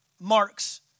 Mark's